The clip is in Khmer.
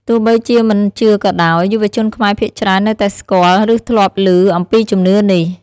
ទោះបីជាមិនជឿក៏ដោយ យុវជនខ្មែរភាគច្រើននៅតែស្គាល់ ឬធ្លាប់លឺអំពីជំនឿនេះ។